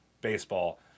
baseball